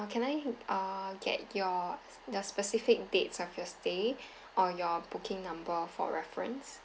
uh can I err get your the specific dates of your stay or your booking number for reference